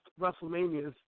WrestleMania's